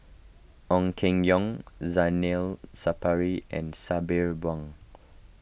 Ong Keng Yong Zainal Sapari and Sabri Buang